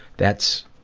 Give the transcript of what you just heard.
that's.